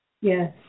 Yes